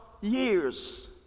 years